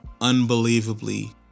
unbelievably